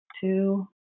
two